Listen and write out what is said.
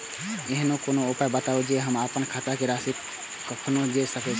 ऐहन कोनो उपाय बताबु जै से हम आपन खाता के राशी कखनो जै सकी?